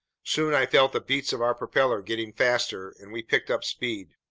soon i felt the beats of our propeller getting faster, and we picked up speed.